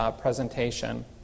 presentation